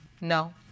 No